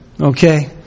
Okay